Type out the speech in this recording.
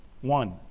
One